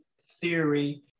theory